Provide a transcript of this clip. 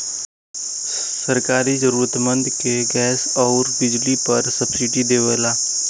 सरकार जरुरतमंद के गैस आउर बिजली पर सब्सिडी देवला